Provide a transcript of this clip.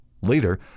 Later